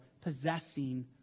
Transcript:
possessing